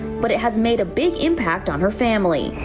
but it has made a big impact on her family.